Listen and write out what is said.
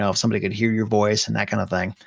ah if somebody could hear your voice and that kind of thing.